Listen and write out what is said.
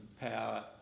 power